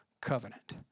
covenant